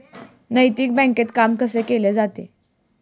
नैतिक बँकेत काम कसे केले जाते?